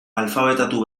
alfabetatu